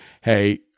hey